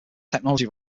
technology